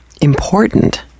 important